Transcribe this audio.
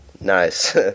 Nice